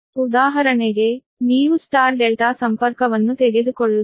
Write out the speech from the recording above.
ಉದಾಹರಣೆಗೆ ನೀವು star delta ಸಂಪರ್ಕವನ್ನು ತೆಗೆದುಕೊಳ್ಳುತ್ತೀರಿ